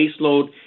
baseload